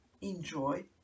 enjoy